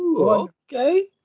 Okay